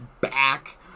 Back